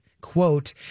Quote